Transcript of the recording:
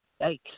yikes